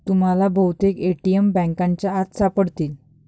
तुम्हाला बहुतेक ए.टी.एम बँकांच्या आत सापडतील